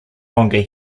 longer